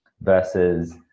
versus